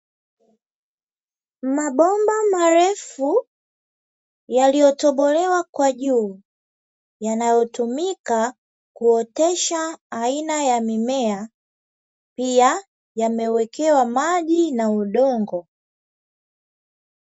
Mabomba marefu yaliyotobolewa kwa juu, yanayotumika kuotesha aina ya mimea, pia yamewekewa maji na udongo.